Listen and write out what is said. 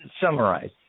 summarize